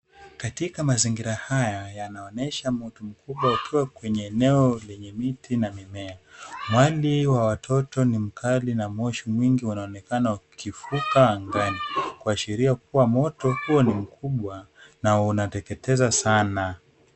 Katika mazingira haya yanaonesha moto mkubwa ukiwa kwenye eneo lenye miti na mimea. Mwali na mtoto na moshi mwingi inaonekana ukifuka angani kuashiria kuwa moto huo ni mkubwa, na unateketeza saana.